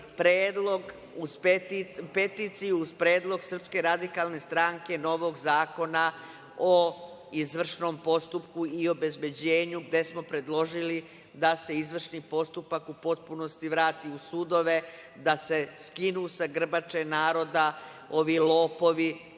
potpisali peticiju uz predlog SRS novog zakona o izvršnom postupku i obezbeđenju, gde smo predložili da se izvršni postupak u potpunosti vrati u sudove, da se skinu sa grbače naroda ovi lopovi,